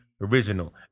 original